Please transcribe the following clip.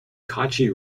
cauchy